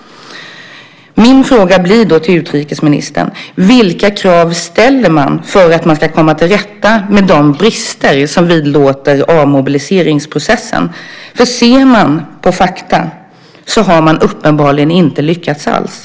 Min fråga till utrikesministern blir: Vilka krav ställs det för att man ska komma till rätta med de brister som vidlåder avmobiliseringsprocessen? När vi ser på fakta ser vi att man uppenbarligen inte lyckats alls.